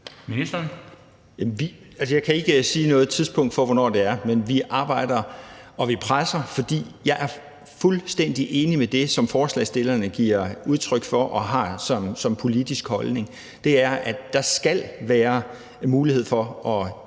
Jeg kan ikke sige noget tidspunkt for, hvornår det bliver, men vi arbejder på det, og vi presser på, for jeg er fuldstændig enig i det, som forslagsstillerne giver udtryk for og har som politisk holdning, nemlig at der skal være mulighed for at hjemsende.